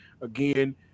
Again